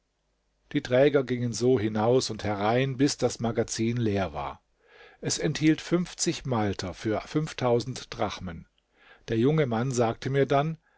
die träger gingen so hinaus und herein bis das magazin leer war es enthielt malter für drachmen der junge mann sagte mir dann